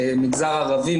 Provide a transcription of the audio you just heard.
מגזר ערבי,